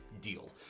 Deal